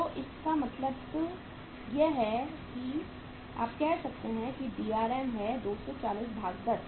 तो इसका मतलब है कि आप कह सकते हैं कि DRM है 240 भाग 10